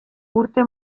urte